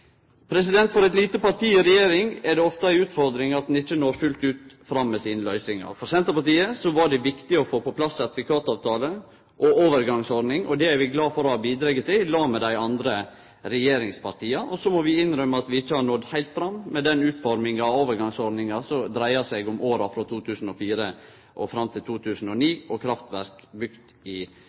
regjering er det ofte ei utfordring at ein ikkje fullt ut når fram med sine løysingar. For Senterpartiet var det viktig å få på plass sertifikatavtale og overgangsordning. Det er vi glade for å ha bidrege til – i lag med dei andre regjeringspartia. Så må vi innrømme at vi ikkje har nådd heilt fram med den utforminga av overgangsordninga som dreier seg om åra frå 2004 og fram til 2009 og kraftverka som er bygde i